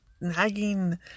nagging